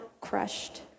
crushed